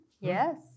Yes